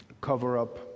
cover-up